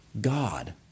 God